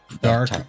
dark